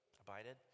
abided